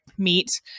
meet